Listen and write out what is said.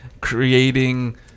creating